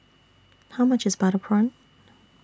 How much IS Butter Prawn